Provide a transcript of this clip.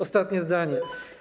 Ostatnie zdanie.